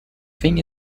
think